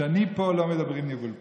כשאני פה, לא מדברים ניבול פה.